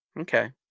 Okay